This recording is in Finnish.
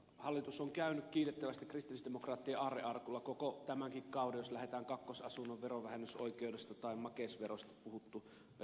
hallitus on käynyt kiitettävästi kristillisdemokraattien aarrearkulla koko tämänkin kauden jos lähdetään kakkosasunnon verovähennysoikeudesta tai makeisverosta on puhuttu